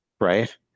Right